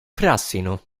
frassino